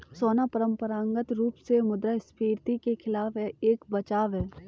सोना परंपरागत रूप से मुद्रास्फीति के खिलाफ एक बचाव है